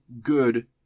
good